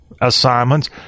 assignments